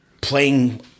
playing